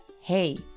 Hey